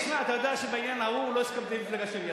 אתה יודע שבעניין ההוא לא הסכמתי עם המפלגה שלי,